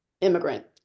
immigrant